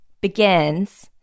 begins